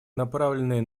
направленные